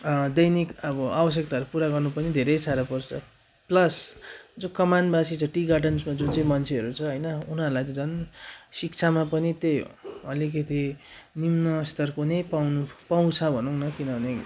दैनिक अब अवश्यकताहरू पुरा गर्नु पनि धेरै साह्रो पर्छ प्लस जो कमानवासी छ टी गार्डन्समा जुन चाहिँ मान्छेहरू छ होइन उनीहरूलाई चाहिँ झन् शिक्षामा पनि त्यही हो अलिकिति निम्न स्तरको नै पाउनु पाउँछ भनौँ न किनभने